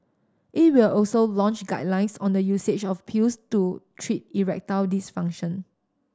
it will also launch guidelines on the usage of pills to treat erectile dysfunction